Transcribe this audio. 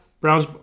Browns